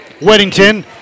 Weddington